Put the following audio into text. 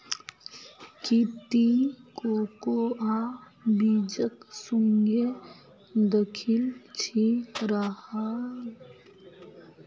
की ती कोकोआ बीजक सुंघे दखिल छि राहल